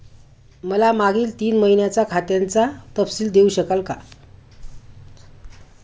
मला मागील तीन महिन्यांचा खात्याचा तपशील देऊ शकाल का?